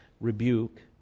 rebuke